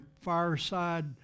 fireside